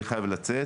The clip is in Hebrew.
אני חייב לצאת.